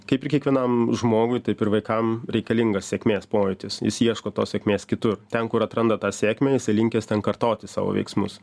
kaip ir kiekvienam žmogui taip ir vaikam reikalingas sėkmės pojūtis jis ieško tos sėkmės kitur ten kur atranda tą sėkmę jisai linkęs ten kartoti savo veiksmus